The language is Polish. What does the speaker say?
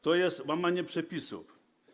To jest łamanie przepisów.